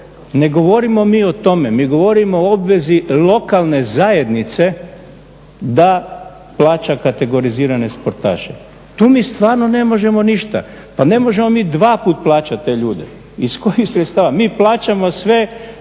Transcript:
ne govorimo mi o tome, mi govorimo o obvezi lokalne zajednice da plaća kategorizirane sportaše, tu mi stvarno ne možemo ništa. Pa ne možemo mi dvaput plaćati te ljude, iz kojih sredstava? Mi plaćamo sve,